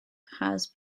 has